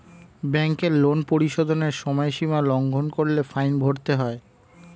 ব্যাংকের লোন পরিশোধের সময়সীমা লঙ্ঘন করলে ফাইন ভরতে হয়